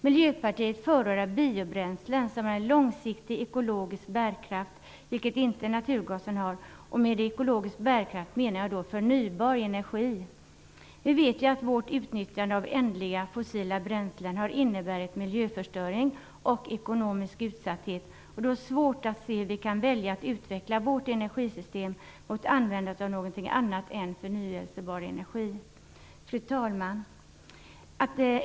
Miljöpartiet förordar biobränslen som har en långsiktigt ekologisk bärkraft, vilket inte naturgasen har. Med ekologisk bärkraft menar jag då förnybar energi. Vi vet ju att vårt utnyttjande av ändliga fossila bränslen har inneburit miljöförstöring och ekonomisk utsatthet. Då är det svårt att se hur vi kan välja att utveckla vårt energisystem mot användandet av någonting annat än förnybar energi. Fru talman!